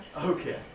Okay